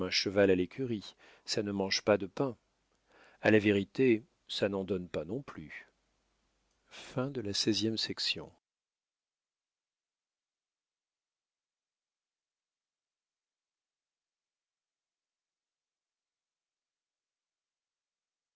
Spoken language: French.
cheval à l'écurie ça ne mange pas de pain a la vérité ça n'en donne pas non plus